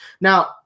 Now